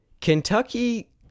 Kentucky